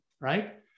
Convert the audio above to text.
right